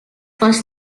was